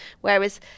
Whereas